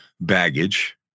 baggage